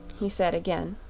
he said again.